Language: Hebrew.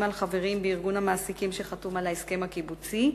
עם ארגון המעסיקים שחתום על ההסכם הקיבוצי,